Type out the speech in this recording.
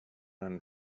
and